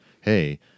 hey